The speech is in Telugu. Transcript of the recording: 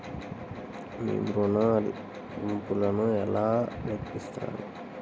మీరు ఋణ ల్లింపులను ఎలా లెక్కిస్తారు?